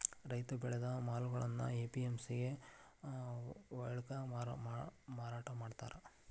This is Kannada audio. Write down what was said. ರೈತ ಬೆಳೆದ ಮಾಲುಗಳ್ನಾ ಎ.ಪಿ.ಎಂ.ಸಿ ಯೊಳ್ಗ ಮಾರಾಟಮಾಡ್ತಾರ್